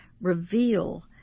reveal